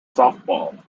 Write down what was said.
softball